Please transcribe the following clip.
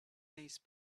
those